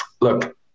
Look